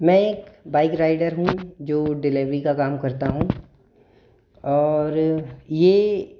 मैं एक bike rider हूँ जो डिलेवरी का काम करता हूँ और ये